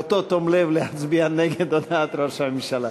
באותו תום לב להצביע נגד הודעת ראש הממשלה.